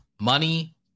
money